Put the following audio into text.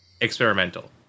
experimental